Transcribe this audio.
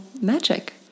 magic